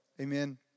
amen